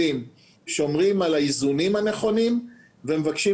אני אומר את זה כי בסוף זה כמו לכבד אדם מבוגר,